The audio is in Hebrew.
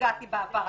נפגעתי בעבר,